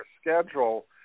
schedule